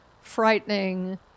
frightening